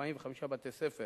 בתי-ספר